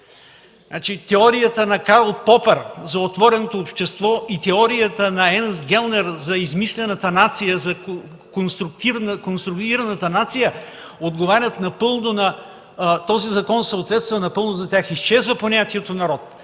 Теорията на Карл Попър за отвореното общество и теорията на Ернст Гелнер за измислената нация, за конструираната нация отговарят на този закон и той съответства напълно на тях. Изчезва понятието „народ”,